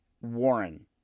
Warren